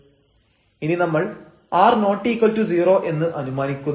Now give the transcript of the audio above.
Δf12 h2 r2hk sk2 t⋯ ഇനി നമ്മൾ r≠0 എന്ന് അനുമാനിക്കുന്നു